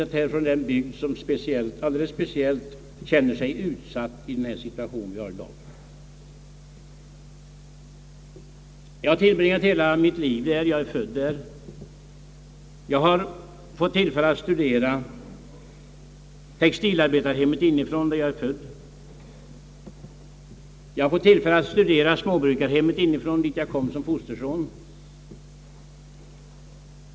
Jag kommer från den bygd som känner sig alldeles speciellt utsatt i den situation vi har i dag. Jag är född där och har tillbringat hela mitt liv där. Eftersom jag är född i ett textilarbetarhem har jag fått tillfälle att studera ett textilarbetarhem inifrån, och jag har därefter fått tillfälle att studera småbrukarhem inifrån sedan jag kommit dit som fosterson.